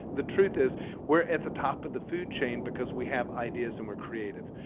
the truth is we're at the top of the food chain because we have ideas and we're creative.